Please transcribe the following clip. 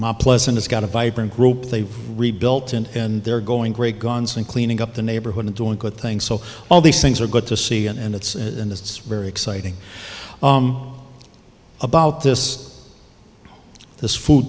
more pleasant it's got a vibrant group they've rebuilt and they're going great guns and cleaning up the neighborhood and doing good things so all these things are good to see and it's and it's very exciting about this this food